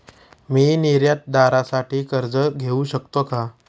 मी निर्यातदारासाठी कर्ज घेऊ शकतो का?